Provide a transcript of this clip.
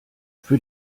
für